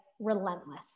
relentless